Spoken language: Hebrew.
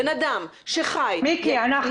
בן אדם שחי, נולד,